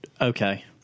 Okay